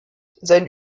sein